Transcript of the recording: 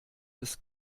des